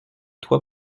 toi